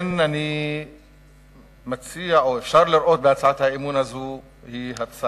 לכן אפשר לראות בהצעת האי-אמון הזאת הצעת